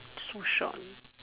so short